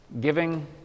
giving